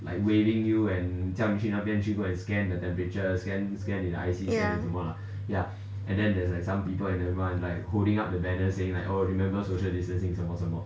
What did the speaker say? ya